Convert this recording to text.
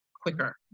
quicker